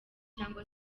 cyangwa